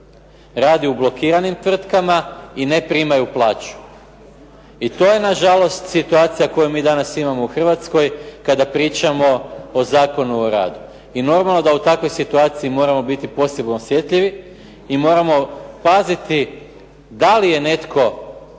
radi u blokiranim tvrtkama i ne primaju plaću i to je nažalost situacija koju mi danas imamo u Hrvatskoj kada pričamo o Zakonu o radu. I normalno da u takvoj situaciji moramo biti posebno osjetljivi i moramo paziti da li je netko,